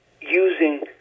using